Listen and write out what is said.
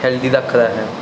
healthy ਰੱਖਦਾ ਹੈ